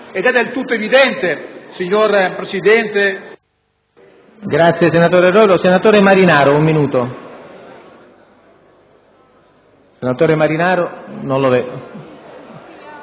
Ed è del tutto evidente, signor Presidente...